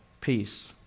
peace